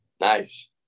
nice